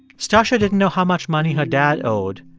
stacya didn't know how much money her dad owed,